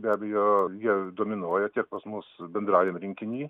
be abejo jie dominuoja tiek pas mus bendraujam rinkiny